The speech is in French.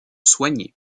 soignée